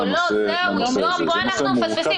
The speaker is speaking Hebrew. לא, זהו, עידו, פה אנחנו מפספסים.